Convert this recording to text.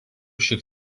šiek